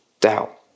doubt